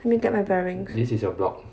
let me get my bearings